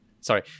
Sorry